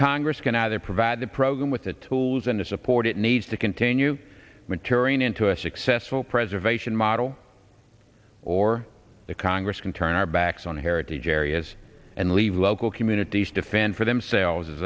congress can either provide the program with the tools and support it needs to continue maturing into a successful preservation model or the congress can turn our backs on heritage areas and leave local communities to fend for themselves as